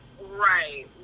right